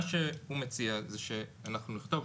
מה שהוא מציע זה שאנחנו נכתוב,